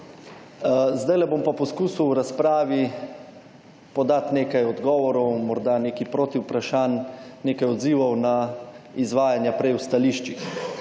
Zdaj bom pa poskusil v razpravi podati nekaj odgovorov, morda nekaj protivprašanj, nekaj odzivov na izvajanja prej v stališčih.